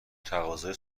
تقاضای